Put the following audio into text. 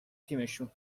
تیمشون